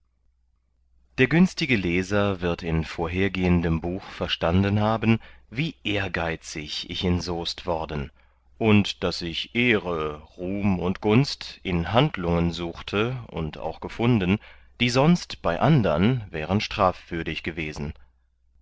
der günstige leser wird in vorhergehendem buch verstanden haben wie ehrgeizig ich in soest worden und daß ich ehre ruhm und gunst in handlungen suchte und auch gefunden die sonst bei andern wären strafwürdig gewesen